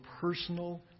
personal